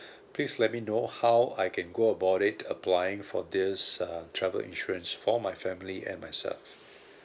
please let me know how I can go about it applying for this uh travel insurance for my family and myself